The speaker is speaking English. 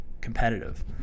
competitive